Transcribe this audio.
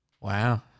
Wow